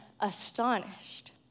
astonished